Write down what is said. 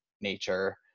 nature